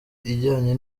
ijyanye